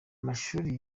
mashuri